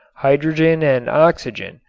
hydrogen and oxygen,